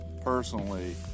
personally